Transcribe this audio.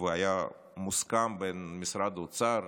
והוא היה מוסכם בין משרד האוצר,